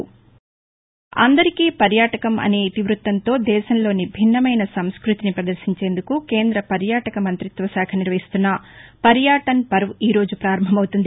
అందరికీ పర్యాటకం అనే ఇతి వ్బత్తంతో దేశంలోని భిన్నమైన సంస్భతిని పదర్భించేందుకు కేంద్ర పర్యాటక మంత్రిత్వ శాఖ నిర్వహిస్తున్న పర్యాటన్ పర్వ్ ఈ రోజు ప్రారంభం అవుతుంది